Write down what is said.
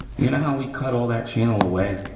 you know how we cut all that channel away?